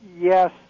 yes